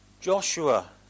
Joshua